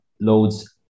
loads